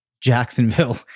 Jacksonville